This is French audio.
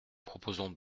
proposons